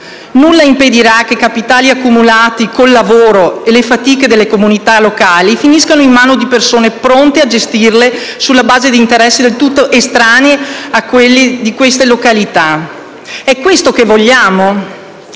Nulla impedirà che capitali accumulati col lavoro e le fatiche delle comunità locali finiscano in mano a persone pronte a gestirli sulla base interessi del tutto estranei a quelli di queste località. È questo quello che vogliamo?